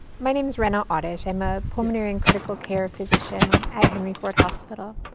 my name's rana awdish, i'm a pulmonary and critical care physician at henry ford hospital.